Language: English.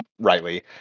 rightly